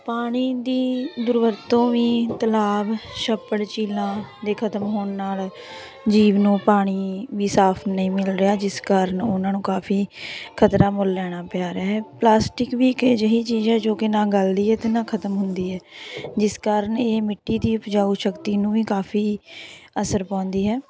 ਪਾਣੀ ਦੀ ਦੁਰਵਰਤੋਂ ਵੀ ਤਲਾਬ ਛੱਪੜ ਝੀਲਾਂ ਦੇ ਖਤਮ ਹੋਣ ਨਾਲ ਜੀਵ ਨੂੰ ਪਾਣੀ ਵੀ ਸਾਫ਼ ਨਹੀਂ ਮਿਲ ਰਿਹਾ ਜਿਸ ਕਾਰਣ ਉਹਨਾਂ ਨੂੰ ਕਾਫ਼ੀ ਖਤਰਾ ਮੁੱਲ ਲੈਣਾ ਪੈ ਰਿਹਾ ਹੈ ਪਲਾਸਟਿਕ ਵੀ ਇੱਕ ਅਜਿਹੀ ਚੀਜ਼ ਹੈ ਜੋ ਕਿ ਨਾ ਗਲਦੀ ਹੈ ਅਤੇ ਨਾ ਖਤਮ ਹੁੰਦੀ ਹੈ ਜਿਸ ਕਾਰਣ ਇਹ ਮਿੱਟੀ ਦੀ ਉਪਜਾਊ ਸ਼ਕਤੀ ਨੂੰ ਵੀ ਕਾਫ਼ੀ ਅਸਰ ਪਾਉਂਦੀ ਹੈ